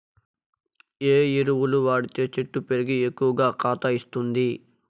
ఏ ఎరువులు వాడితే చెట్టు పెరిగి ఎక్కువగా కాత ఇస్తుంది?